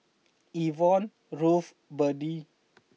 Yvonne Ruth Berdie